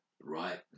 right